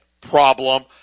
problem